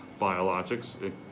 biologics